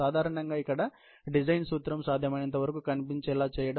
సాధారణంగా ఇక్కడ డిజైన్ సూత్రం సాధ్యమైనంతవరకు కనిపించేలా చేయడం